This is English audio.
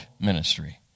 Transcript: ministry